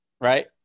right